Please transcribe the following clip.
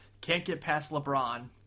can't-get-past-LeBron